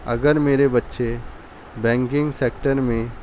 اگر میرے بچے بینکنگ سیکٹر میں